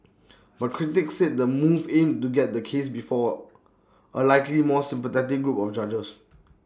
but critics said the move aimed to get the case before A likely more sympathetic group of judges